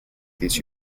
teach